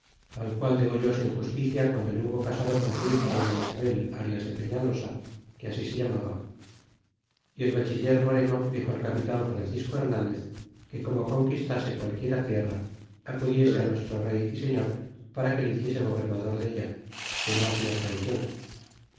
al qual degolló sin justicia guando le hubo casado con su hija dolía isabel arias de pefialosa que así se llamaba y el bachiller moreno dixo al capitan francisco hernandez que como conquistase qualquiera tierra acudiese nuestro rey y señor para que le hiciese gobernador della que no hacia traicion